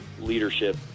leadership